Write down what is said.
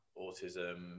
autism